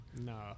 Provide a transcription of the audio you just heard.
no